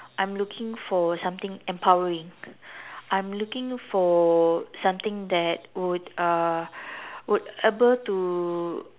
I'm looking for something empowering I'm looking for something that would uh would be able to